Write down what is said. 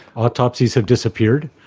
autopsies have disappeared.